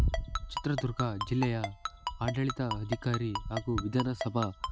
ಚಿತ್ರದುರ್ಗ ಜಿಲ್ಲೆಯ ಆಡಳಿತ ಅಧಿಕಾರಿ ಹಾಗೂ ವಿಧಾನ ಸಭಾ